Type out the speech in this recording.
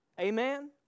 Amen